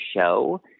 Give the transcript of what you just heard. show